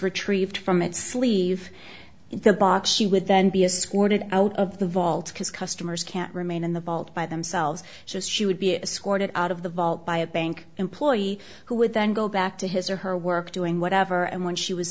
retrieved from its sleeve in the box she would then be a scored out of the vault because customers can't remain in the vault by themselves just she would be a scored out of the vault by a bank employee who would then go back to his or her work doing whatever and when she was